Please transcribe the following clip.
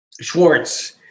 Schwartz